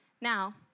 Now